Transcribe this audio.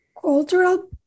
cultural